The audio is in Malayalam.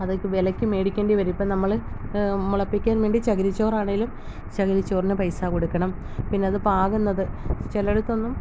അതൊക്കെ വിലയ്ക്ക് മേടിക്കണ്ടി വരും ഇപ്പം നമ്മൾ മുളപ്പിക്കാൻ വേണ്ടി ചകിരിച്ചോറാണേലും ചകിരിച്ചോറിന് പൈസ കൊടുക്കണം പിന്നെ അത് പാകുന്നത്